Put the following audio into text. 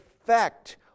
effect